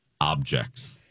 objects